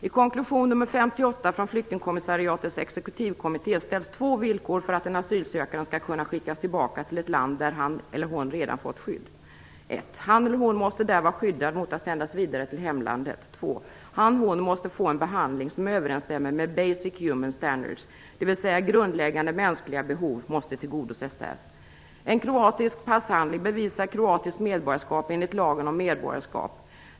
I konklusion nr 58 från flyktingkommissariatets exekutivkommitté ställs två villkor för att en asylsökande skall kunna skickas tillbaka till ett land där han eller hon redan fått skydd. För det första måste han eller hon vara skyddad mot att sändas vidare till hemlandet. För det andra måste han eller hon få en behandling som överensstämmer med basic human standards, dvs. grundläggande mänskliga behov måste tillgodoses. En kroatisk passhandling bevisar kroatiskt medborgarskap enligt lagen om medborgarskap.